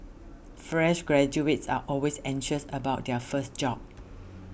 fresh graduates are always anxious about their first job